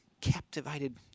captivated